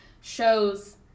shows